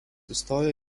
įstojo